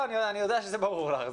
אני יודע שזה ברור לך,